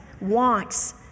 wants